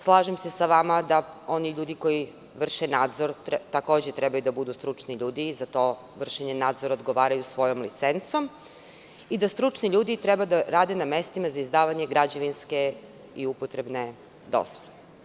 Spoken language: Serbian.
Slažem se sa vama da oni ljudi koji vrše nadzor takođe trebaju da budu stručni ljudi i za to vršenje nadzora odgovaraju svojom licencom i da stručni ljudi treba da rade na mestima za izdavanje građevinske i upotrebne dozvole.